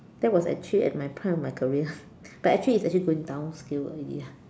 that was actually at my point of my career but actually its actually going down scale already ah